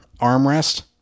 armrest